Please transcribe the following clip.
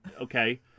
okay